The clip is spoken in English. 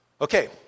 Okay